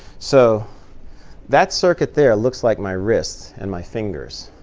so that circuit there looks like my wrist and my fingers.